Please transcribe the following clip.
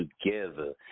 together